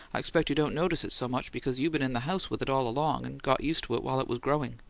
i expect you don't notice it so much because you been in the house with it all along, and got used to it while it was growing.